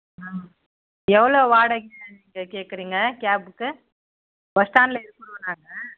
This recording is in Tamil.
ஆ எவ்வளோ வாடகைங்க நீங்கள் கேட்குறிங்க கேபுக்கு பஸ் ஸ்டாண்ட்டில் இருக்குகிறோம் நாங்கள்